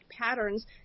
patterns